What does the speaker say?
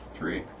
Three